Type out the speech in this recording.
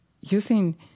using